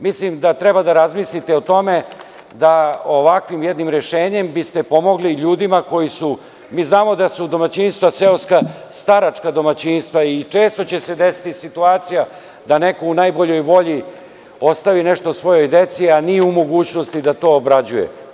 Mislim da treba da razmislite o tome da ovakvim jednim rešenjem bi ste pomogli ljudima koji su, mi znamo da su u domaćinstva seoska, staračka domaćinstva i često će se desiti situacija da neko u najboljoj volji ostavi nešto svojoj deci, a nije u mogućnosti da to obrađuje.